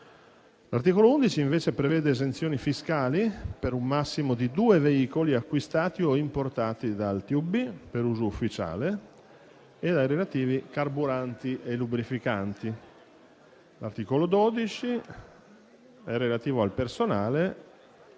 L'articolo 11 prevede esenzioni fiscali per un massimo di due veicoli acquistati o importati dal TUB per uso ufficiale ed ai relativi carburanti e lubrificanti. L'articolo 12 è relativo al personale